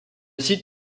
site